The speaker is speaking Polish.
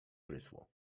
prysło